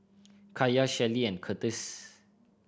Kaiya Shelli and Curtis